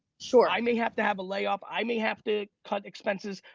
sure i may have to have a layoff, i may have to cut expenses,